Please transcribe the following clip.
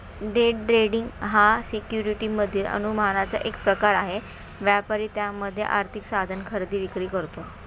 day trading हा securities मधील अनुमानाचा एक प्रकार आहे, व्यापारी त्यामध्येच आर्थिक साधन खरेदी विक्री करतो